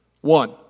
One